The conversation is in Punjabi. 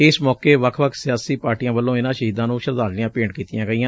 ਇਸ ਮੌਕੇ ਵੱਖ ਵੱਖ ਸਿਆਸੀ ਪਾਰਟੀਆਂ ਵੱਲੋਂ ਇਨੂਾਂ ਸ਼ਹੀਦਾਂ ਨੂੰ ਸ਼ਰਧਾਂਜਲੀਆਂ ਭੇਟ ਕੀਤੀਆਂ ਗਈਆਂ